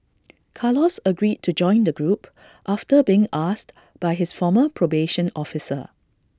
Carlos agreed to join the group after being asked by his former probation officer